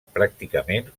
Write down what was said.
pràcticament